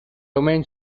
domain